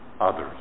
others